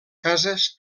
cases